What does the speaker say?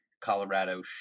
Colorado